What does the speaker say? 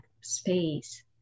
space